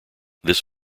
this